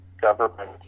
government